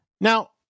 Now